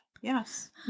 Yes